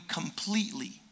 completely